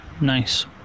Nice